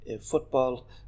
football